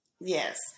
Yes